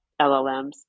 LLMs